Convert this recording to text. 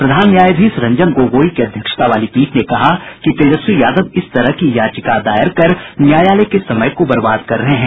प्रधान न्यायाधीश रंजन गोगोई की अध्यक्षता वाली पीठ ने कहा कि तेजस्वी यादव इस तरह की याचिका दायर कर न्यायालय के समय को बर्बाद कर रहे हैं